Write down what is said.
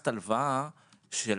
לקחת הלוואה של,